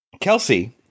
Kelsey